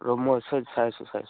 ৰ'ব মই চাই আছোঁ চাই আছোঁ